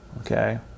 Okay